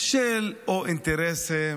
של או אינטרסים